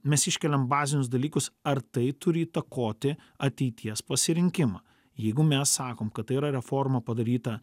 mes iškeliam bazinius dalykus ar tai turi įtakoti ateities pasirinkimą jeigu mes sakom kad tai yra reforma padaryta